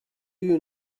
you